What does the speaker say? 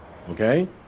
okay